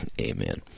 Amen